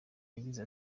yagize